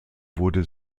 wurde